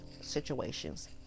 situations